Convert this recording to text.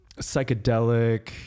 psychedelic